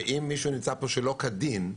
שאם מישהו נמצא פה שלא כדין,